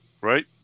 Right